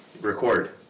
record